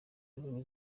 yabonye